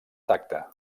tacte